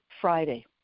Friday